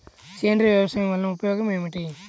సేంద్రీయ వ్యవసాయం వల్ల ఉపయోగం ఏమిటి?